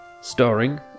Starring